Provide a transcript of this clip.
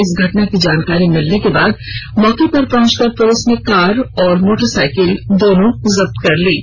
इस घटना की जानकारी मिलने के बाद मौके पर पहुंचकर पुलिस ने कार और मोटरसाइकिल को जब्त कर ली है